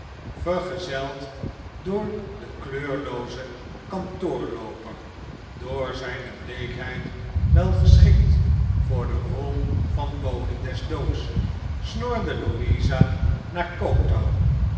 vergezeld door den kleurloozen kantoorlooper door zijne bleekheid wel geschikt voor de rol van bode des doods snorde louisa naar